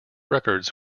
records